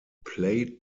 played